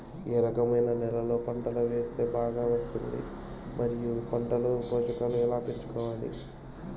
ఏ రకమైన నేలలో పంట వేస్తే బాగా వస్తుంది? మరియు పంట లో పోషకాలు ఎలా పెంచుకోవాలి?